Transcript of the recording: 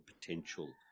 potential